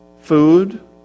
food